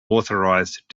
unauthorised